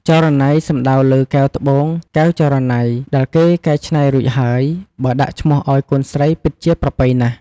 ចរណៃ សំដៅលើ កែវ ត្បូង កែវចរណៃ ដែលគេកែច្នៃរួចហើយ បើដាក់ឈ្មោះឱ្យកូនស្រីពិតជាប្រពៃណាស់ ។